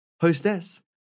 hostess